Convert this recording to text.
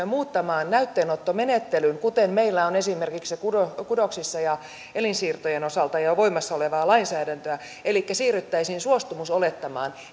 muuttamaan näytteenottomenettelyn kuten meillä on esimerkiksi kudosten ja elinsiirtojen osalta jo voimassa olevaa lainsäädäntöä elikkä siirtyisimme suostumusolettamaan